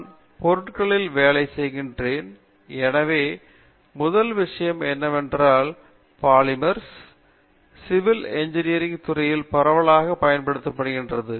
நான் பொருட்களில் வேலை செய்கிறேன் எனவே முதல் விஷயம் என்னவென்றால் பாலிமர்ஸ் சிவில் இன்ஜினியரிங் துறையில் பரவலாக பயன்படுத்தப்படுகிறது